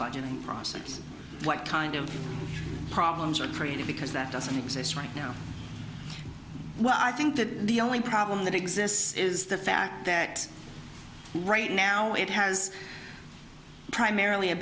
budgeting process what kind of problems are created because that doesn't exist right now well i think that the only problem that exists is the fact that right now it has primarily a